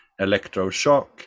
electroshock